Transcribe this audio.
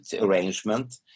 arrangement